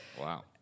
Wow